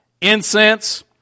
incense